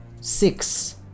six